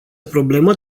problemă